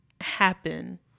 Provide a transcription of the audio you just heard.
happen